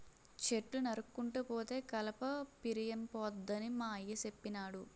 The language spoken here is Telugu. చెట్లు నరుక్కుంటూ పోతే కలప పిరియంపోద్దని మా అయ్య సెప్పినాడు